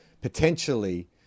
potentially